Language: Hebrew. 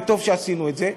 וטוב שעשינו את זה.